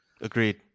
Agreed